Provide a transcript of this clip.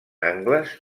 angles